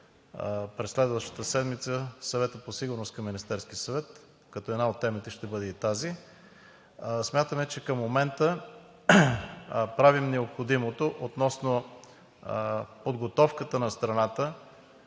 през следващата седмица Съвета по сигурност към Министерския съвет, като една от темите ще бъде и тази. Смятаме, че към момента правим необходимото относно подготовката на страната